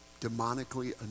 demonically